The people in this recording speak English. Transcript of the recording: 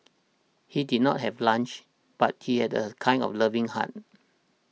he did not have lunch but he had a kind of loving heart